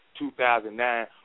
2009